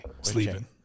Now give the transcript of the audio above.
Sleeping